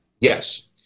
Yes